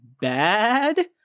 bad